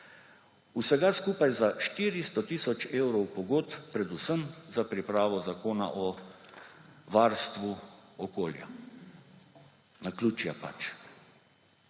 Vsega skupaj za 400 tisoč evrov pogodb, predvsem za pripravo Zakona o varstvu okolja. Naključje, pač.